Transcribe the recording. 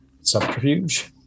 Subterfuge